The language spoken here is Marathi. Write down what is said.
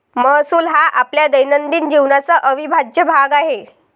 महसूल हा आपल्या दैनंदिन जीवनाचा अविभाज्य भाग आहे